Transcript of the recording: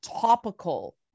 topical